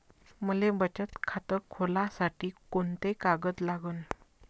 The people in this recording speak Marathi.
मले बचत खातं खोलासाठी कोंते कागद लागन?